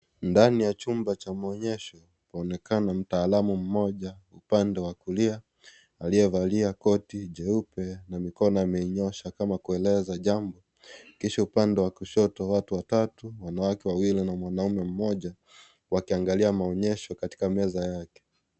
Ndani ya chumba cha maonyesho. Aonekana mtaalamu mmoja, upande wa kulia aliyevalia koti jeupe na mikono ameiyoosha kama kueleza jambo. Kisha, upande wa kushoto, watu watatu, wanawake wawili na mwanaume mmoja wakiangalia maonyesho katika meza yake.